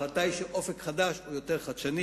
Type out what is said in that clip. ההחלטה היא ש"אופק חדש" היא יותר חדשנית,